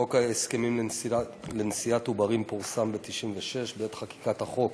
חוק הסכמים לנשיאת עוברים פורסם בשנת 1996. בעת חקיקת החוק